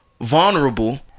vulnerable